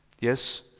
Yes